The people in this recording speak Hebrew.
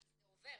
זה עובר,